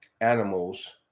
Animals